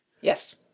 Yes